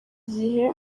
gihe